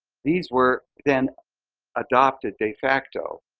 these were then adopted de facto,